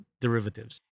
derivatives